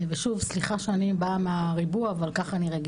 ושוב,